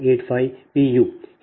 u